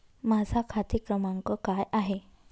माझा खाते क्रमांक काय आहे?